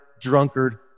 drunkard